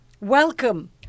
Welcome